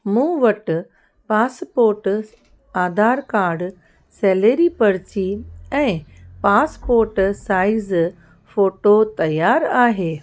मूं वटि passport Aadhaar card salary पर्ची ऐं पासपोर्ट साईज़ फ़ोटो तयार आहे